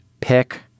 pick